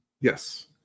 Yes